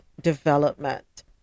Development